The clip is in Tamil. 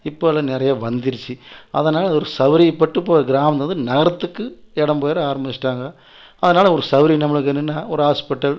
இப்போது அது நிறையா வந்திருச்சு அதனால் அது ஒரு சௌகரியப்பட்டு இப்போது கிராமத்துலேயிருந்து நகரத்துக்கு இடம் பெயர ஆரம்பிச்சுட்டாங்க அதனால் ஒரு சௌகரியம் நம்மளுக்கு என்னென்னா ஒரு ஹாஸ்பிட்டல்